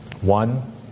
One